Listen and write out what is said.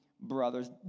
Brothers